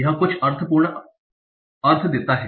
यह कुछ अर्थपूर्ण अर्थ देता है